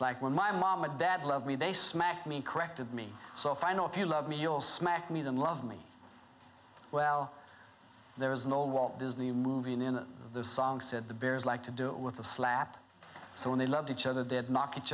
like when my mom and dad love me they smack me corrected me so if i know if you love me your smack me them love me well there is no walt disney movie in the song said the bears like to do it with a slap so when they loved each other did knock each